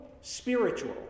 spiritual